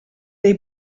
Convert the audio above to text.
dei